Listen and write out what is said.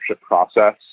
process